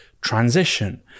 transition